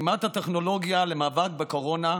ברתימת הטכנולוגיה למאבק בקורונה,